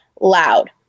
loud